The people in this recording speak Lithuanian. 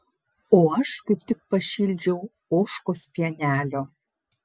o aš kaip tik pašildžiau ožkos pienelio